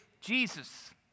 Jesus